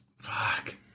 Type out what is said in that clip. Fuck